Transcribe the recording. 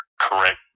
correct